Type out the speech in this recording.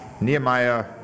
Nehemiah